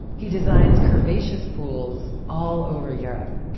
he signs curvaceous pools all over europe.